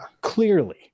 Clearly